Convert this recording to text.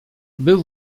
był